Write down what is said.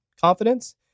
confidence